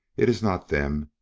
it is not them,